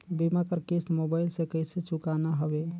बीमा कर किस्त मोबाइल से कइसे चुकाना हवे